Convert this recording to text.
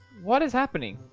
what is happening